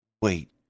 wait